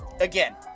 Again